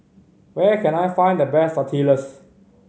where can I find the best Tortillas